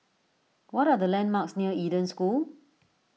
what are the landmarks near Eden School